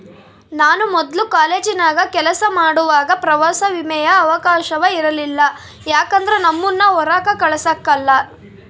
ನಾನು ಮೊದ್ಲು ಕಾಲೇಜಿನಾಗ ಕೆಲಸ ಮಾಡುವಾಗ ಪ್ರವಾಸ ವಿಮೆಯ ಅವಕಾಶವ ಇರಲಿಲ್ಲ ಯಾಕಂದ್ರ ನಮ್ಮುನ್ನ ಹೊರಾಕ ಕಳಸಕಲ್ಲ